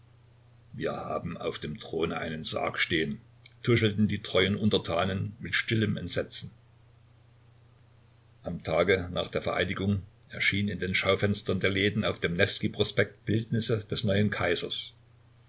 wir haben auf dem throne einen sarg stehen tuschelten die treuen untertanen mit stillem entsetzen am tage nach der vereidigung erschienen in den schaufenstern der läden auf dem newskij prospekt bildnisse des neuen kaisers